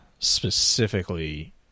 specifically